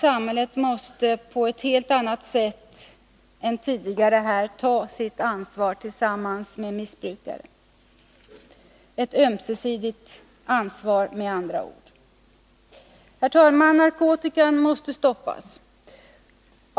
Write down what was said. Samhället måste på ett helt annat sätt än tidigare här ta sitt ansvar tillsammans med missbrukaren — ett ömsesidigt ansvar med andra ord. Herr talman! Narkotikan måste stoppas.